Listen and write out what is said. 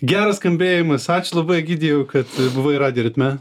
geras skambėjimas ačiū labai egidijau kad buvai radijo ritme